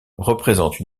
représente